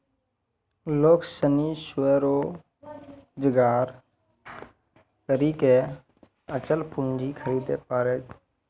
लोग सनी स्वरोजगार करी के अचल पूंजी खरीदे पारै